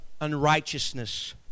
unrighteousness